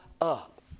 up